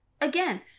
again